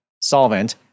solvent